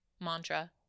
mantra